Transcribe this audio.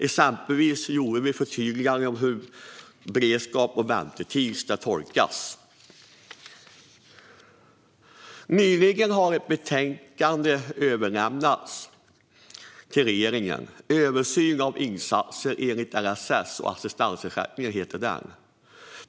Exempelvis gjorde vi ett förtydligande av hur beredskap och väntetid ska tolkas. Nyligen har ett betänkande överlämnats till regeringen, Översyn av insatser enligt LSS och assistansersättningen .